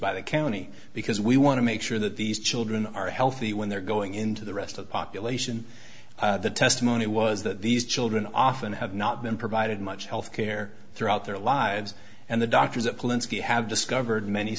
by the county because we want to make sure that these children are healthy when they're going into the rest of the population the testimony was that these children often have not been provided much health care throughout their lives and the doctors a plenty have discovered many